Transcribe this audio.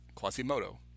Quasimodo